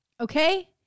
Okay